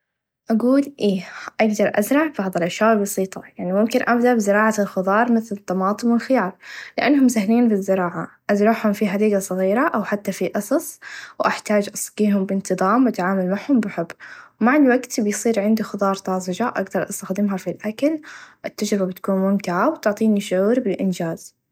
أقول إيه أقدر أزرع فهاذي الأشياء بسيطه يعني ممكن أبدأ بزراعه الخظار مثل الطماطم و الخيار لأنهم سهلين بالزراعه أزرعهم في حديقه صغيره أو حتى في أصص و أحتاچ أسقيهم بإنتظام و أتعامل معهم بحب مع الوقت بيصير عندي حظار طازچه أقدر أستخدمها في الأكل التچربه بتكون ممتعه بتعطيني شعور الإنچاز.